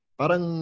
parang